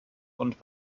und